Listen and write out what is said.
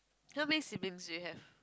how many siblings do you have